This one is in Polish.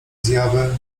zjawy